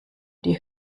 die